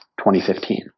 2015